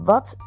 Wat